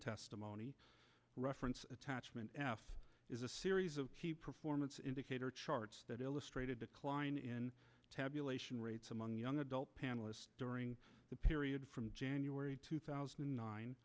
testimony reference attachment is a series of performance indicator charts that illustrated decline in tabulation rates among young adult panelists during the period from january two thousand